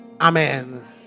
Amen